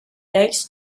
lakes